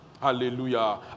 Hallelujah